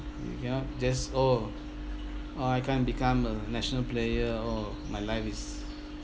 you cannot just oh oh I can't become a national player oh my life is